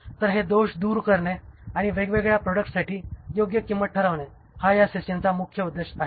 तर हे दोष दूर करणे आणि वेगवेगळ्या प्रॉडक्ट्ससाठी योग्य किंमत ठरवणे हा या सिस्टमचा मुख्य उद्देश आहे